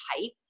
type